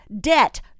debt